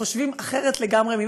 וחושבים אחרת לגמרי,